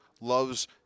loves